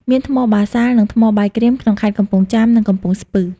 មានថ្មបាសាល់ និង ថ្មបាយក្រៀម ក្នុងខេត្តកំពង់ចាម និងកំពង់ស្ពឺ។